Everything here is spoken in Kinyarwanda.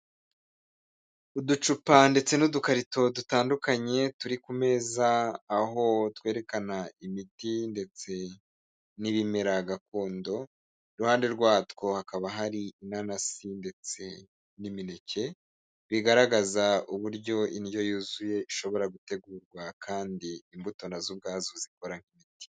Uducupa ndetse n'udukarito dutandukanye turi ku meza aho twerekana imiti ndetse n'ibimera gakondo, iruhande rwatwo hakaba hari inanasi ndetse n'imineke bigaragaza uburyo indyo yuzuye ishobora gutegurwa kandi imbuto na zo ubwazo zikora nk'imiti.